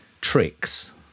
tricks